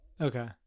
Okay